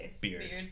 beard